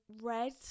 red